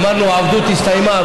אמרנו שהעבדות הסתיימה,